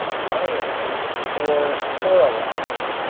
lionite or coralox.